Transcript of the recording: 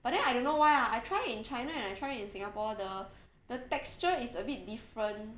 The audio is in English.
but then I don't know why ah I try in china and I try in singapore the the texture is a bit different